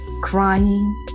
crying